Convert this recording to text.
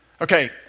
Okay